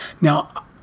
Now